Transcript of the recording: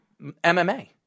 MMA